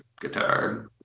guitar